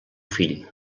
fill